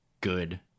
good